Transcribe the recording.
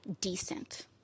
decent